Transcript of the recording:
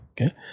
okay